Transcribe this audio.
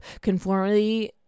Conformity